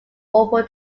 over